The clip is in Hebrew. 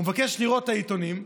הוא מבקש לראות את העיתונים,